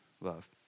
love